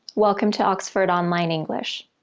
welcome to oxford online english!